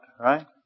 Right